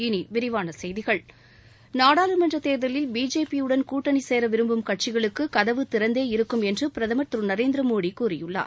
இனி விரிவான செய்திகள் நாடாளுமன்ற தேர்தலில் பிஜேபியுடன் கூட்டணி சேர விரும்பும் கட்சிகளுக்கு கதவு திறந்தே இருக்கும் என்று பிரதமர் திரு நரேந்திர மோடி கூறியுள்ளார்